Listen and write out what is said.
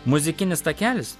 muzikinis takelis